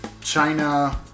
China